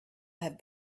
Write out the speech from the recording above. had